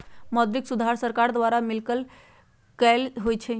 मौद्रिक सुधार सरकार आ बैंक द्वारा मिलकऽ कएल जाइ छइ